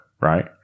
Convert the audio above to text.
right